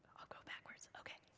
i'll go backwards, okay.